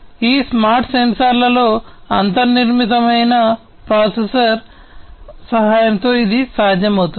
ఈ స్మార్ట్ సెన్సార్లో అంతర్నిర్మితమైన ప్రాసెసర్ సహాయంతో ఇది సాధ్యమవుతుంది